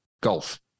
golf